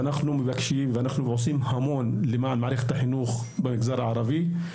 מבקשים ועושים המון למען מערכת החינוך במגזר הערבי.